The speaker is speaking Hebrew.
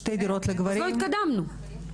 אז לא התקדמנו.